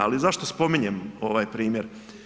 Ali zašto spominjem ovaj primjer?